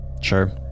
Sure